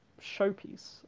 showpiece